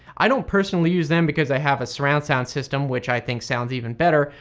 i don't personally use them because i have a surround sound system which i think sounds even better,